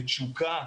בתשוקה,